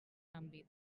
àmbit